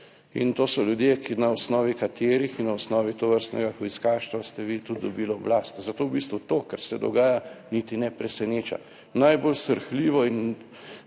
in to so ljudje, ki na osnovi katerih in na osnovi tovrstnega hujskaštva ste vi tudi dobili oblast. Zato v bistvu to, kar se dogaja, niti ne preseneča. Najbolj srhljivo in